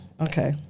okay